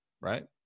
right